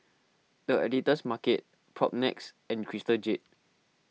the Editor's Market Propnex and Crystal Jade